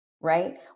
right